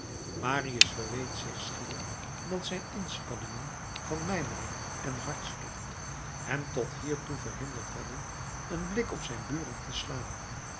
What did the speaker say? marius verweet zich schier dat zijn inspanningen van mijmering en hartstocht hem tot hiertoe verhinderd hadden een blik op zijn buren te slaan